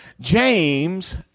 James